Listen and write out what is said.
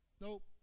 Nope